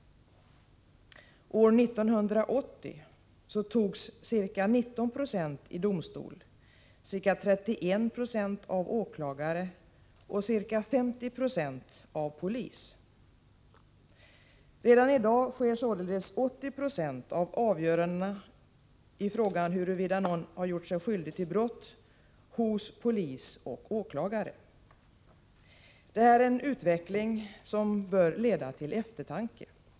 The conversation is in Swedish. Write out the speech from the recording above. År 1980 togs ca 19 96 i domstol, ca 31 90 av åklagare och ca 50 96 av polis. Redan i dag sker således 80 90 av avgörandena i frågor, huruvida någon har gjort sig skyldig till brott, hos polis och åklagare. Det är en utveckling som bör leda till eftertanke.